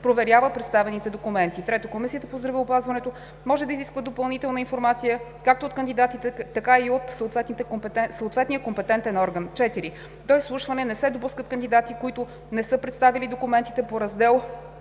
проверява представените документи. 3. Комисията по здравеопазването може да изисква допълнителна информация както от кандидатите, така и от съответния компетентен орган. 4. До изслушване не се допускат кандидати, които не са представили документите по Раздел